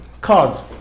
cars